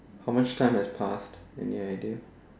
how much time has passed any idea